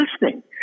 listening